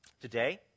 Today